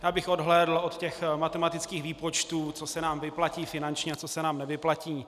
Já bych odhlédl od těch matematických výpočtů, co se nám vyplatí finančně a co se nám nevyplatí.